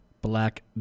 Black